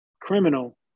criminal